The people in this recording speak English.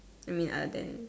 I mean other than